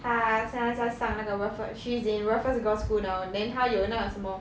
她现在在上那个 raffles she is in raffles girls' school now then 她有那个什么